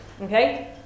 okay